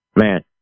Man